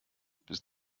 bis